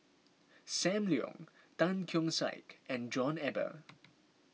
Sam Leong Tan Keong Saik and John Eber